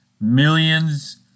Millions